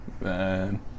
Man